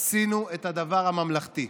עשינו את הדבר הממלכתי.